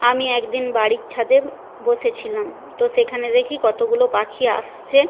আমি একদিন বাড়ির ছাদে বসেছিলাম তো সেখানে দেখি কতগুলো পাখি আসছে